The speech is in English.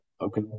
okay